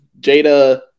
Jada